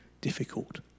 difficult